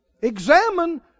Examine